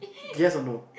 yes or no